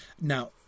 Now